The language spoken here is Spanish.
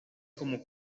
como